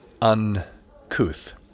Uncouth